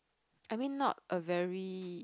I mean not a very